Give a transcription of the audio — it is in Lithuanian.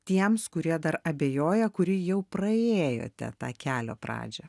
tiems kurie dar abejoja kurį jau praėjote tą kelio pradžią